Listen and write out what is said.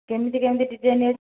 କେମିତି କେମିତି ଡିଜାଇନ ଅଛି